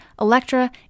Electra